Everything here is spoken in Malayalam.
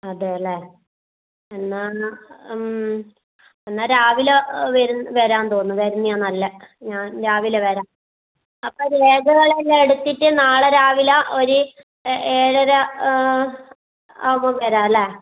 അതേല്ലേ എന്നാൽ മ് എന്നാൽ രാവിലെ വരുന്ന വരാമെന്ന് തോന്നുന്നു വരുന്നയാ നല്ല ഞാൻ രാവിലെ വരാം അപ്പോൾ രേഖകൾ എല്ലാം എടുത്തിട്ട് നാളെ രാവിലെ ഒരു ഏഴര ആകുമ്പോൾ വരാല്ലേ